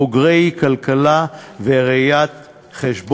בוגרי כלכלה וראיית-חשבון.